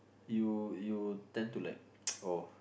you you tend to like oh